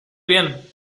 bien